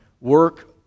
work